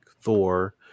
Thor